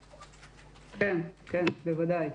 כן, בוודאי.